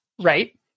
Right